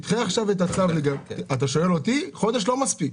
אם אתה שואל אותי, חודש לא מספיק.